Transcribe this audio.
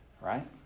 right